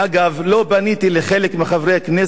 לא פניתי לחלק מחברי הכנסת הערבים,